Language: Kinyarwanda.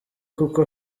kuko